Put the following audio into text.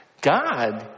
God